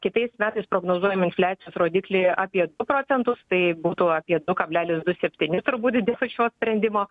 kitais metais prognozuojam infliacijos rodiklį apie du procentus tai būtų apie du kablelis du septyni turbūt dėl šio sprendimo